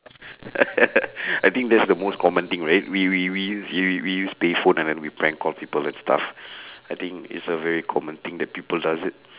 I think that's the most common thing we we we use we we use payphone and then we prank call people and stuff I think it's a very common thing that people does it